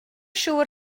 siŵr